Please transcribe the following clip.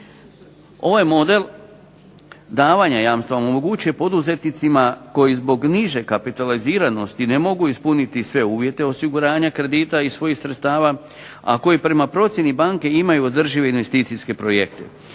Ovaj model davanja jamstva omogućuje poduzetnicima koji zbog niže kapitaliziranosti ne mogu ispuniti sve uvjete osiguranja kredita iz svojih sredstava, a koji prema procjeni banke imaju održive investicijske projekte,